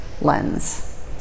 lens